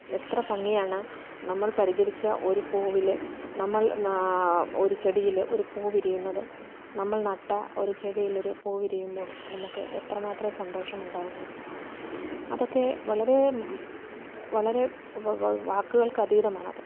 എത്ര ഭംഗിയാണ് നമ്മൾ പരിചരിച്ച ഒരു പൂവിൽ നമ്മൾ ഒരു ചെടിയിൽ ഒരു പൂ വിരിയുന്നത് നമ്മൾ നട്ട ഒരു ചെടിയിൽ ഒരു പൂ വിരിയുമ്പോൾ നമുക്ക് എത്രമാത്രം സന്തോഷം ഉണ്ടാകുന്നോ അതൊക്കെ വളരെ വളരെ വ വ വാക്കുകൾക്ക് അതീതമാണത്